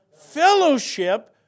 fellowship